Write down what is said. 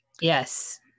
Yes